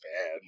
bad